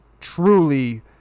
truly